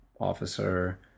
officer